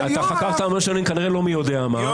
חקרת המון שנים כנראה לא מי יודע מה,